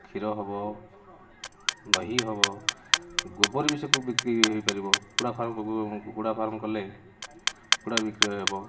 କ୍ଷୀର ହବ ଦହି ହବ ଗୋବର ବିକ୍ରି ହେଇପାରିବ କୁକୁଡ଼ା ଫାର୍ମ କୁକୁଡ଼ା ଫାର୍ମ କଲେ କୁକୁଡ଼ା ବିକ୍ରୟ ହବ